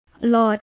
Lord